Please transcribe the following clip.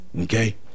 Okay